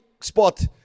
spot